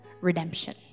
redemption